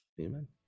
Amen